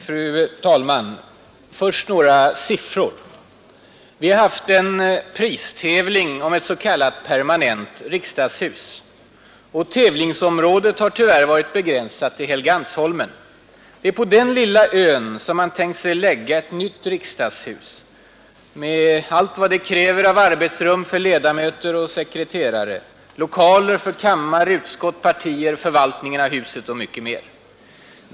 Fru talman! Först några siffror. Vi har haft en pristävling om ett s.k. permanent riksdagshus. Tävlingsområdet är tyvärr begränsat till Helgeandsholmen. Det är på den lilla ön som man tänkt sig lägga ett nytt riksdagshus, med allt vad det kräver av arbetsrum för ledamöter och sekreterare, lokaler för kammare, utskott, partier, förvaltningen av huset och mycket mer.